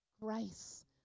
grace